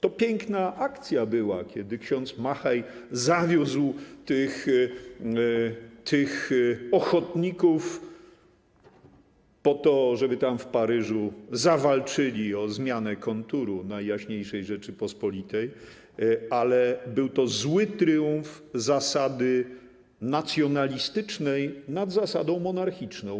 To była piękna akcja, kiedy ks. Machay zawiózł tych ochotników po to, żeby tam, w Paryżu, zawalczyli o zmianę konturu Najjaśniejszej Rzeczypospolitej, ale był to zły triumf zasady nacjonalistycznej nad zasadą monarchiczną.